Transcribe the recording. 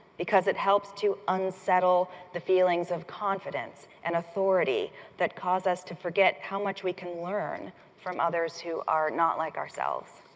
because it helps to unsettle the feelings of confidence and authority that cause us to forget how much we can learn from others who are not like ourselves.